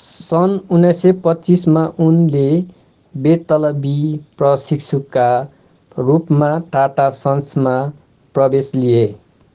सन् उन्नाइस सय पच्चिसमा उनले बेतलबी प्रशिक्षुका रूपमा टाटा सन्समा प्रवेस लिए